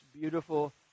beautiful